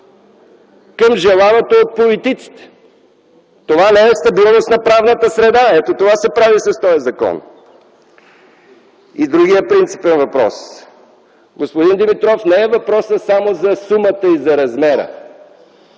към желаното от политиците?! Това не е стабилност на правната среда – ето това се прави с този закон. Друг принципен въпрос. Господин Димитров, въпросът не е само за сумата и за размера.